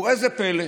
וראו זה פלא,